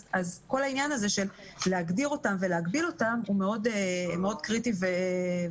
אז כל העניין של הגדיר אותם ולהגביל אותם הוא מאוד קריטי ומשמעותי.